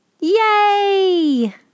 Yay